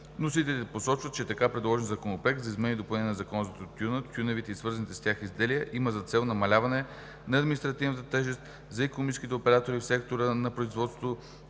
Вносителите посочват, че така предложеният Законопроект за изменение и допълнение на Закона за тютюна, тютюневите и свързаните с тях изделия има за цел намаляване на административната тежест за икономическите оператори в сектора на производството